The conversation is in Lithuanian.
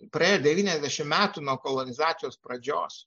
praėjo devyniasdešimt metų nuo kolonizacijos pradžios